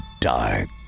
dark